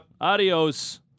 Adios